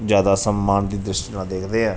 ਜ਼ਿਆਦਾ ਸਨਮਾਨ ਦੀ ਦ੍ਰਿਸ਼ਟੀ ਨਾਲ ਦੇਖਦੇ ਹਾਂ